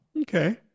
Okay